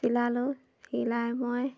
চিলালোঁ চিলাই মই